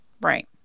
Right